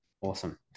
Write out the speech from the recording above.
Awesome